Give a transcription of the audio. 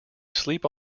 sleep